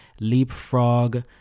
Leapfrog